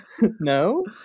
no